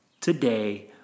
today